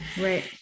Right